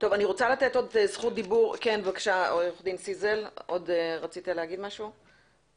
כן, בבקשה, עורך דין זיסל, רצית להגיד משהו?